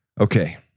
Okay